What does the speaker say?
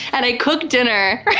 and i cooked dinner.